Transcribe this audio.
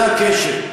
זה הקשר.